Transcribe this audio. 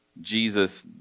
Jesus